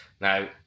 Now